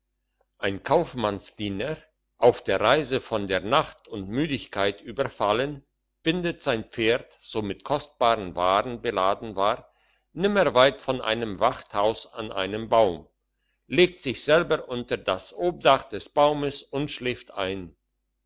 ein kaufmannsdiener auf der reise von der nacht und müdigkeit überfallen bindet sein pferd so mit kostbaren waren beladen war nimmer weit von einem wachthaus an einen baum legt sich selber unter das obdach des baumes und schläft ein